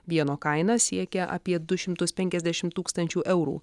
vieno kaina siekia apie du šimtus penkiasdešimt tūkstančių eurų